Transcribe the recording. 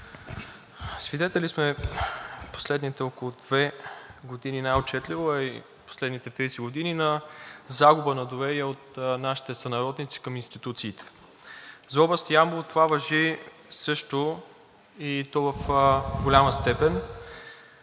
Свидетели сме в последните около две години най-отчетливо, а и в последните 30 години, на загуба на доверие от нашите сънародници към институциите. За област Ямбол това важи, и то в голяма степен,